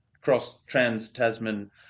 cross-trans-Tasman